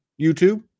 YouTube